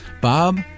Bob